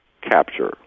capture